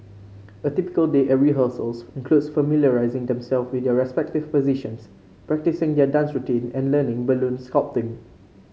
a typical day at rehearsals includes familiarising themselves with their respective positions practising their dance routine and learning balloon sculpting